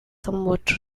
somewhat